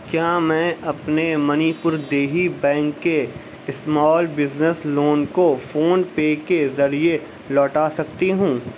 کیا میں اپنے منی پور دیہی بینک کے اسمال بزنس لون کو فون پے کے ذریعے لوٹا سکتی ہوں